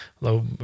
low